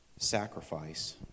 Sacrifice